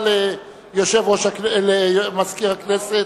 למזכיר הכנסת.